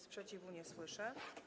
Sprzeciwu nie słyszę.